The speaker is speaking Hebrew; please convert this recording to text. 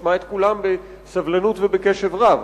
נשמע את כולם בסבלנות ובקשב רב,